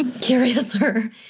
Curiouser